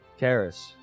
Karis